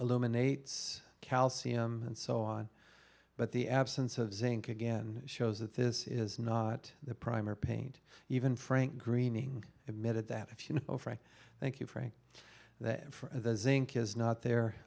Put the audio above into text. illuminates calcium and so on but the absence of zinc again shows that this is not the primer paint even frank greening admitted that if you know thank you